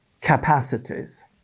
capacities